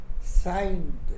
signed